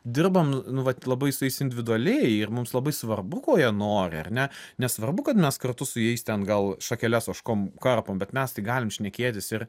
dirbam nu nu vat labai su jais individualiai ir mums labai svarbu ko jie nori ar ne nesvarbu kad mes kartu su jais ten gal šakeles ožkom karpom bet mes tai galim šnekėtis ir